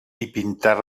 pintar